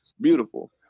Beautiful